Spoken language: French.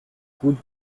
route